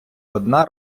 одна